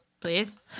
please